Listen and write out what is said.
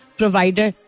provider